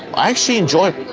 i actually enjoy.